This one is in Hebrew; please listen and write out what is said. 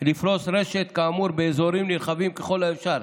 לפרוס רשת כאמור באזורים נרחבים ככל האפשר.